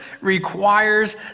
requires